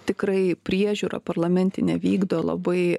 tikrai priežiūrą parlamentinę vykdo labai